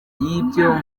yibyo